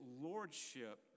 lordship